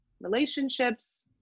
relationships